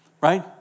Right